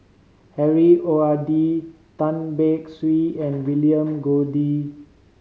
Harry O R D Tan Beng Swee and William Goode